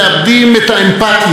את ההקשבה,